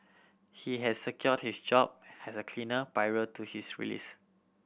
he had secured his job has a cleaner prior to his release